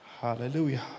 hallelujah